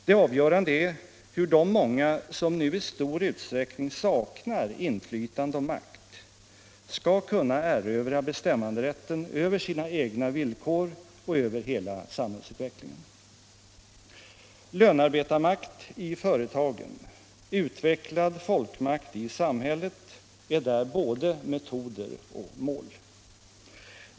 Det avgörande är hur de många som nu i stor utsträckning saknar inflytande och makt skall kunna erövra bestämmanderätten över sina egna villkor och över hela samhällsutvecklingen. Lönarbetarmakt i företagen, utvecklad folkmakt i samhället är där både metoder och mål.